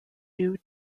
due